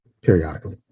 periodically